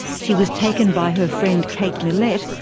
she was taken by her friend kate millett,